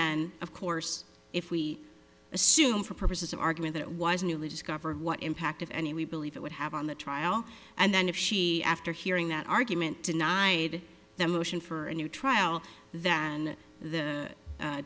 then of course if we assume for purposes of argument that it was newly discovered what impact if any we believe it would have on the trial and then if she after hearing that argument tonight that motion for a new trial than the